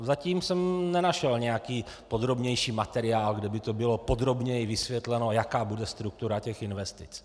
Zatím jsem nenašel nějaký podrobnější materiál, kde by bylo podrobněji vysvětleno, jaká bude struktura investic.